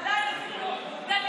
עדיין אפילו לא דנים